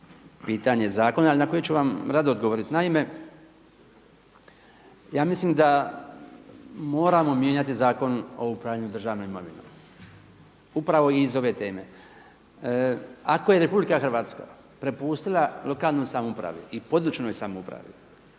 pitanje zakona ali na koju ću vam rado odgovoriti. Naime, ja mislim da moramo mijenjati Zakon o upravljanju državnom imovinom upravo iz ove teme. Ako je RH prepustila lokalnoj samoupravi i područnoj samoupravi